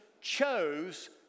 chose